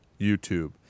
YouTube